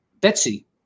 Betsy